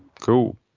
cool